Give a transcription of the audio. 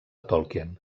tolkien